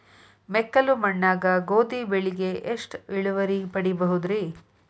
ಮೆಕ್ಕಲು ಮಣ್ಣಾಗ ಗೋಧಿ ಬೆಳಿಗೆ ಎಷ್ಟ ಇಳುವರಿ ಪಡಿಬಹುದ್ರಿ?